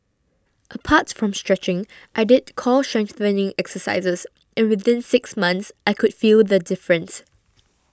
apart from stretching I did core strengthening exercises and within six months I could feel the difference